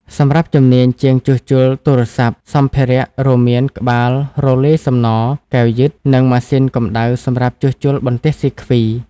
សម្រាប់ជំនាញ ជាងជួសជុលទូរសព្ទ សម្ភារៈរួមមានក្បាលរលាយសំណរ កែវយឹត និងម៉ាស៊ីនកម្ដៅសម្រាប់ជួសជុលបន្ទះសៀគ្វី។